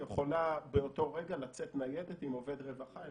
יכולה באותו רגע לצאת ניידת עם עובד רווחה אל